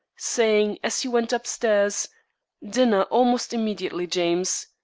saying, as he went up stairs dinner almost immediately, james.